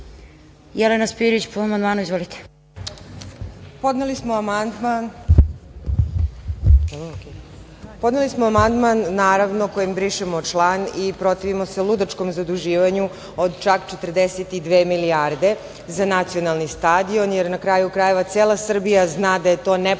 **Jelena Spirić** Podneli smo amandman naravno kojim brišemo član i protivimo se ludačkom zaduživanju od čak 42 milijarde za nacionalni stadion, jer na kraju krajeva cela Srbija zna da je to nepotrebno